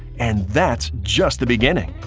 and that's just the beginning.